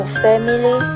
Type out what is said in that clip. family